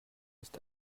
ist